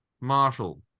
Marshall